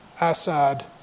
Assad